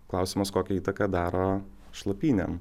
klausimas kokią įtaką daro šlapynėms